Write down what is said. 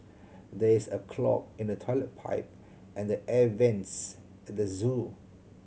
there is a clog in the toilet pipe and the air vents at the zoo